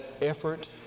effort